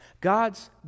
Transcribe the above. God's